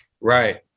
Right